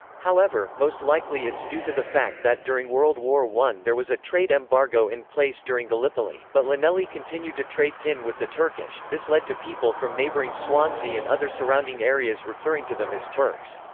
however, most likely it's due to the fact that during world war one there was a trade embargo in place during gallipoli, but llanelli continued to trade tin with the turkish this led to people from neighbouring swansea and other surrounding areas referring to them as turks.